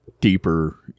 deeper